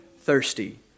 thirsty